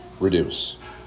Reduce